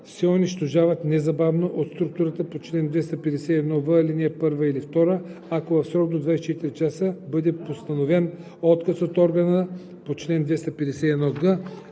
се унищожават незабавно от структурите по чл. 251в, ал. 1 или 2, ако в срок от 24 часа бъде постановен отказ от органа по чл. 251г,